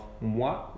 moi